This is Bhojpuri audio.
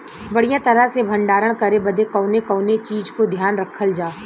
बढ़ियां तरह से भण्डारण करे बदे कवने कवने चीज़ को ध्यान रखल जा?